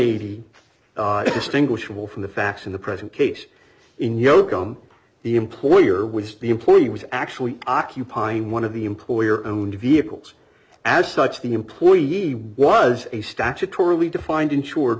eighty distinguishable from the facts in the present case in your gum the employer with the employee was actually occupying one of the employer own vehicles as such the employee was a statutorily defined insured